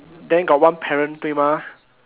then got one parent :对吗dui ma